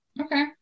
Okay